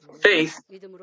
faith